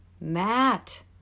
Matt